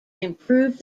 improved